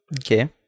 okay